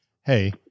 Hey